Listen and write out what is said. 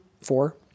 Four